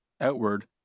outward